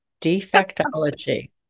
Defectology